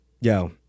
yo